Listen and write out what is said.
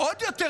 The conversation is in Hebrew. עוד יותר,